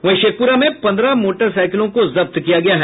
वहीं शेखपुरा में पंद्रह मोटरसाईकिलों को जब्त किया गया है